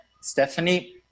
Stephanie